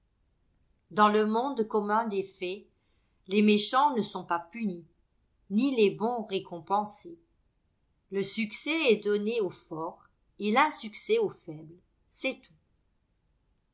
dans le monde commun des faits les méchants ne sont pas punis ni les bons récompensés le succès est donné aux forts et l'insuccès aux faibles c'est tout